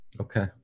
Okay